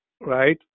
right